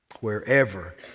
wherever